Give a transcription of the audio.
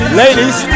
ladies